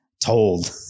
told